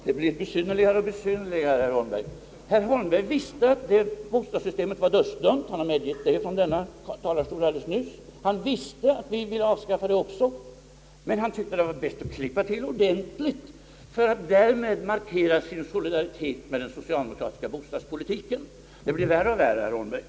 Herr talman! Det blir besynnerligare och besynnerligare, herr Holmberg. Herr Holmberg visste, att det nuvarande bostadssystemet var dödsdömt — han har alldeles nyss medgett detta från denna talarstol. Han visste att vi också ville avskaffa detta system, men han tyckte att det var bäst att klippa till ordentligt för att därmed markera sin solidaritet med den socialdemokratiska bostadspolitiken. Det blir värre och värre, herr Holmberg.